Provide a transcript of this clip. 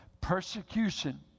Persecution